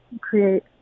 create